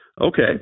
Okay